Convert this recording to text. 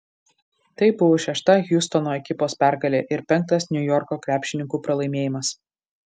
tai buvo šešta hjustono ekipos pergalė ir penktas niujorko krepšininkų pralaimėjimas